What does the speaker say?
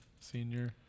senior